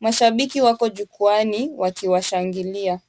Mashabiki wako jukwaani wakiwashangilia.